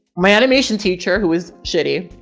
my animation teacher who was shitty,